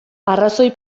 arrazoi